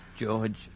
George